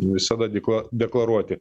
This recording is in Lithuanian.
visada diklo deklaruoti